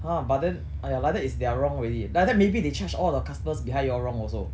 !huh! but then !aiya! like that is their wrong already like that maybe they charge all the customers behind you all wrong also